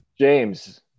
James